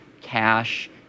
cash